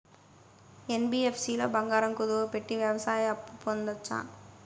NBFC లో బంగారం కుదువు పెట్టి వ్యవసాయ అప్పు పొందొచ్చా?